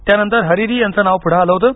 त्यानंतर हरिरी यांचं नाव पुढे आलं होतं